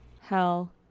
Hell